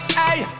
hey